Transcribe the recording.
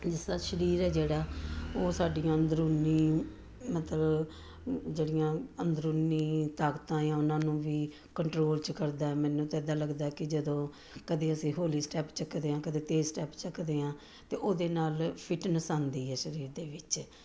ਇਸ ਨਾਲ ਸਰੀਰ ਹੈ ਜਿਹੜਾ ਉਹ ਸਾਡੀਆਂ ਅੰਦਰੂਨੀ ਮਤਲਬ ਜਿਹੜੀਆਂ ਅੰਦਰੂਨੀ ਤਾਕਤਾਂ ਆ ਉਹਨਾਂ ਨੂੰ ਵੀ ਕੰਟਰੋਲ 'ਚ ਕਰਦਾ ਮੈਨੂੰ ਤਾਂ ਇੱਦਾਂ ਲੱਗਦਾ ਕਿ ਜਦੋਂ ਕਦੇ ਅਸੀਂ ਹੌਲੀ ਸਟੈਪ ਚੱਕਦੇ ਹਾਂ ਕਦੇ ਤੇਜ਼ ਸਟੈਪ ਚੱਕਦੇ ਹਾਂ ਤਾਂ ਉਹਦੇ ਨਾਲ ਫਿਟਨਸ ਆਉਂਦੀ ਹੈ ਸਰੀਰ ਦੇ ਵਿੱਚ